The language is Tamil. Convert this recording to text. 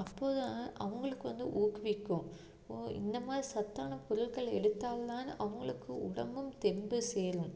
அப்போது தான் அவங்களுக்கு வந்து ஊக்குவிக்கும் ஓ இந்த மாதிரி சத்தான பொருள்கள் எடுத்தால் தான் அவங்களுக்கு உடம்பும் தெம்பு சேரும்